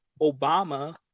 obama